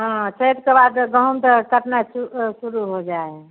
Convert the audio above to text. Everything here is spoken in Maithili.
हाँ चैतके बाद गहुम तऽ कटनाइ शुरू अऽ शुरू हो जाइ हय